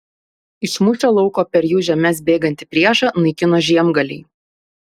iš mūšio lauko per jų žemes bėgantį priešą naikino žiemgaliai